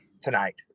tonight